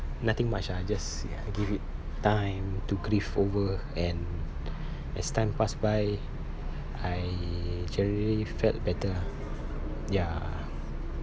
nothing much ah just ya give it time to grieve over and as time pass by I generally felt better ah ya